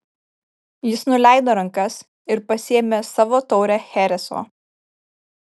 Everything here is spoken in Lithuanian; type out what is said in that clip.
jis nuleido rankas ir pasiėmė savo taurę chereso